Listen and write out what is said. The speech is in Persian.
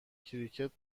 کریکت